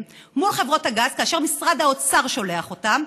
מול חברות הגז כאשר משרד האוצר שולח אותם.